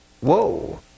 Whoa